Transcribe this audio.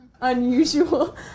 unusual